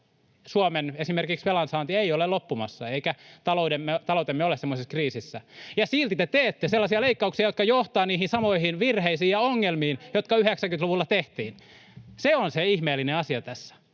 Suomen velansaanti ei ole loppumassa eikä taloutemme ole semmoisessa kriisissä, ja silti te teette sellaisia leikkauksia, jotka johtavat niihin samoihin virheisiin ja ongelmiin, jotka 90-luvulla tehtiin. [Krista Kiurun välihuuto] Se on se ihmeellinen asia tässä,